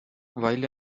while